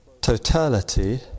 totality